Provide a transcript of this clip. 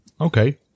Okay